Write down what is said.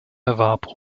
erwarb